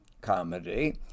comedy